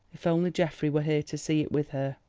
if only geoffrey were here to see it with her.